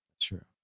True